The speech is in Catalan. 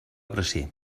bracer